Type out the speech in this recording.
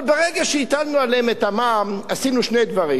אבל ברגע שהטלנו עליהם את המע"מ עשינו שני דברים: